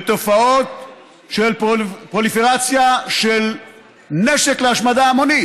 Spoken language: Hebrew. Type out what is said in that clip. בתופעות של פרוליפרציה של נשק להשמדה המונית.